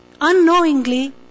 unknowingly